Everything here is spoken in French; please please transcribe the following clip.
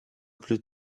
plus